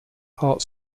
art